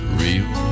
real